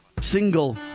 single